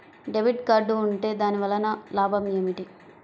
Debit card ఉంటే దాని వలన లాభం ఏమిటీ?